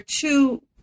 two